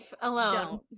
alone